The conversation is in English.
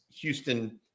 Houston